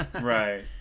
Right